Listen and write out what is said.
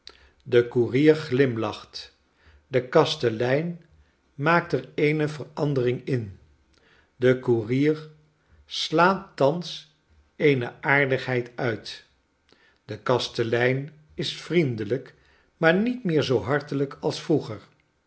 de koerier glimlacht de kastelein maakt er eene verandering in de koerier slaat thans eene aardigheid uit de kastelein is vriendelijk maar niet meer zoo hartelijk als vroeger